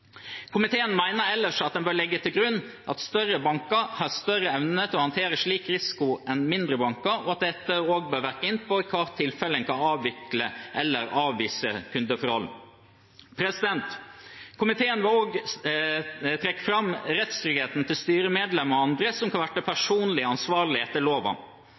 Komiteen mener ellers at en bør legge til grunn at større banker har større evne til å håndtere slik risiko enn mindre banker, og at dette også bør innvirke på i hvilke tilfeller en kan avvikle eller avvise kundeforhold. Komiteen har også trukket fram rettssikkerheten til styremedlemmer og andre som kan bli personlig ansvarlig etter loven.